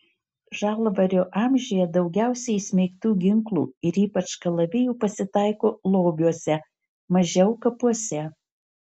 žalvario amžiuje daugiausiai įsmeigtų ginklų ir ypač kalavijų pasitaiko lobiuose mažiau kapuose